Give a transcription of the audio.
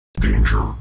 Danger